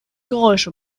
geräusche